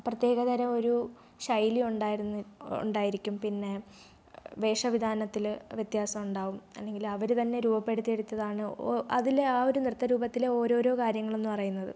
പ്രത്യേക തരം ഒരു ശൈലി ഉണ്ടായിരിക്കും പിന്നെ വേഷ വിധാനത്തിൽ വ്യത്യാസം ഉണ്ടാകും അല്ലെങ്കിൽ അവർ തന്നെ രൂപപ്പെടുത്തി എടുത്തതാണ് അതിലെ ആ ഒരു നൃത്ത രൂപത്തിലെ ഓരോരോ കാര്യങ്ങളുമെന്ന് പറയുന്നത്